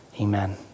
Amen